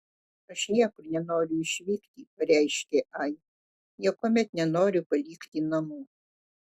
aš niekur nenoriu išvykti pareiškė ai niekuomet nenoriu palikti namų